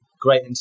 great